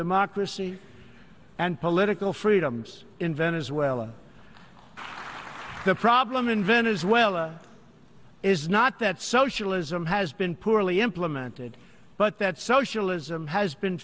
democracy and political freedoms in venezuela the problem in venezuela is not that socialism has been poorly implemented but that socialism has been